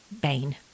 bane